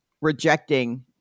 rejecting